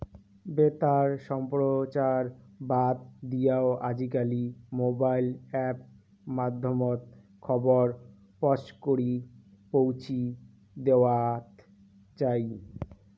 বেতার সম্প্রচার বাদ দিয়াও আজিকালি মোবাইল অ্যাপ মাধ্যমত খবর পছকরি পৌঁছি দ্যাওয়াৎ যাই